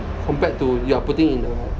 compared to you are putting in a